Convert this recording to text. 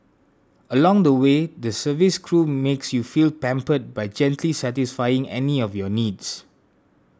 along the way the service crew makes you feel pampered by gently satisfying any of your needs